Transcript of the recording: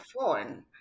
phone